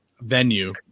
venue